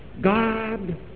God